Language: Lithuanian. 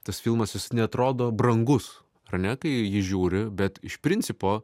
tas filmas jis neatrodo brangus ar ne kai jį žiūri bet iš principo